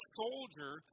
soldier